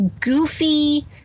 goofy